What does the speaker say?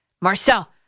Marcel